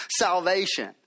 salvation